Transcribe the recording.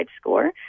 score